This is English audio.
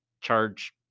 charge